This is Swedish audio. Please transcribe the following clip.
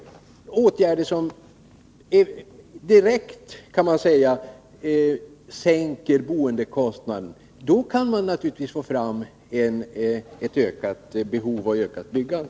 Sådana åtgärder sänker direkt boendekostnaden. Då kan man naturligtvis få fram ett ökat behov och ett ökat byggande.